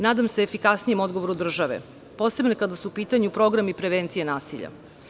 Nadam se efikasnijem odgovoru države, posebno kada su u pitanju programi prevencije nasilja.